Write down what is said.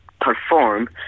perform